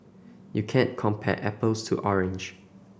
you can't compare apples to orange